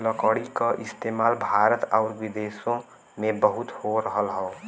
लकड़ी क इस्तेमाल भारत आउर विदेसो में बहुत हो रहल हौ